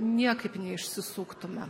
niekaip neišsisuktume